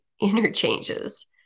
interchanges